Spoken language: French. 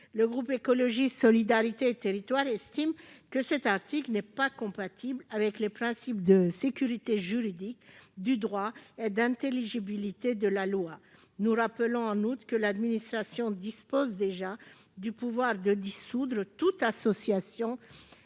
du groupe Écologiste - Solidarité et Territoires estiment que cet article n'est pas compatible avec les principes de sécurité juridique et d'intelligibilité de la loi. Nous rappelons, en outre, que l'administration dispose déjà du pouvoir de dissoudre toute association